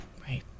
Right